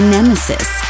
Nemesis